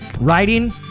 Writing